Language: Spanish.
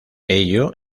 ello